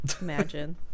Imagine